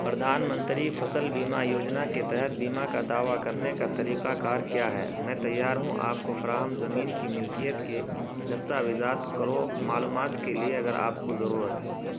پردھان منتری فصل بیمہ یوجنا کے تحت بیمہ کا دعوی کرنے کا طریقہ کار کیا ہے میں تیار ہوں آپ کو فراہم زمین کی ملکیت کے دستاویزات کرو معلومات کے لیے اگر آپ کو ضرورت